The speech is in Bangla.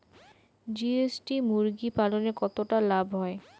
জি.এস.টি মুরগি পালনে কতটা লাভ হয়?